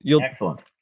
Excellent